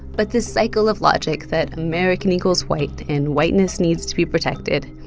but this cycle of logic that american equals white, and whiteness needs to be protected,